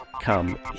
come